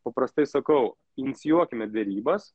paprastai sakau inicijuokime derybas